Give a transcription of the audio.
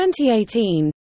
2018